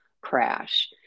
crash